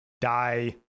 die